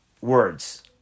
words